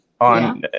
on